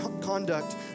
conduct